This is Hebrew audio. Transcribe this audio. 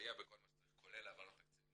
לסייע בכל מה שצריך כולל העברת תקציבים,